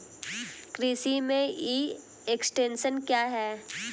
कृषि में e extension क्या है?